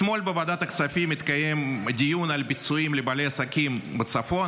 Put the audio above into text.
אתמול בוועדת הכספים התקיים דיון על פיצויים לבעלי עסקים בצפון.